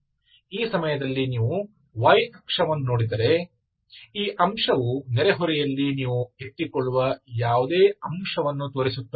ಈ ಸಮಯದಲ್ಲಿ ನೀವು y ಅಕ್ಷವನ್ನು ನೋಡಿದರೆ ಈ ಅಂಶವು ನೆರೆಹೊರೆಯಲ್ಲಿ ನೀವು ಎತ್ತಿಕೊಳ್ಳುವ ಯಾವುದೇ ಅಂಶವನ್ನು ತೋರಿಸುತ್ತದೆ